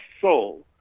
soul